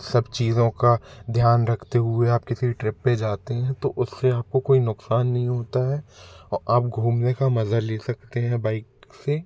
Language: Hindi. सब चीज़ों का ध्यान रखते हुए आप किसी ट्रिप पे जाते हैं तो उससे आपको कोई नुकसान नई होता है और आप घूमने का मज़ा ले सकते हैं बाइक से